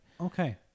Okay